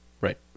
Right